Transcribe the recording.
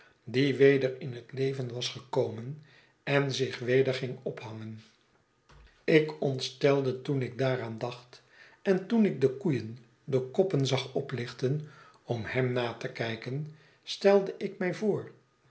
die weder in het leven was gekomen en zich weder ging ophangen ik ontstelde toen ik daaraan dacht en toen ik de koeien de koppen zag oplichten om hem na te kijken stelde ik mij voor